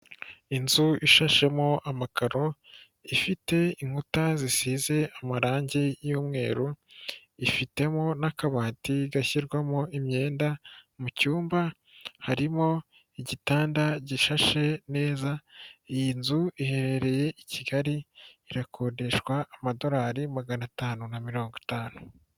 Inzu ishashemo amakaro, ifite inkuta zisize amarangi y'umweru, ifitemo n'akabati gashyirwamo imyenda, mu cyumba harimo igitanda gishashe neza, iyi nzu iherereye i Kigali, irakodeshwa amadolari magana atanu na mirongo itanu.